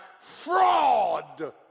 fraud